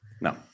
no